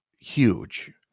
huge